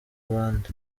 abandi